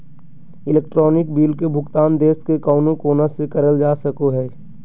electronic bill के भुगतान देश के कउनो कोना से करल जा सको हय